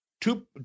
two